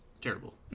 terrible